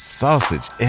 sausage